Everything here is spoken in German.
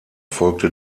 folgte